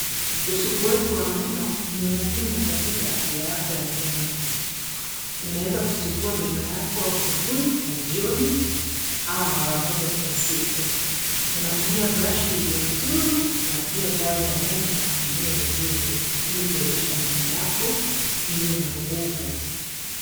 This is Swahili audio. Usuguaji wa meno ni muhimu katika afya yako ya meno. Unaeza kusugua meno yako asubuhi na jioni ama mara moja kwa siku. Unatumia brush iliyo nzuri na pia dawa ya meno iliyo nzuri ili kuwezesha meno yako iwe na nguvu.